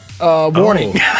warning